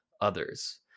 others